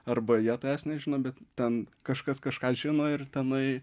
arba jie tavęs nežino bet ten kažkas kažką žino ir tenai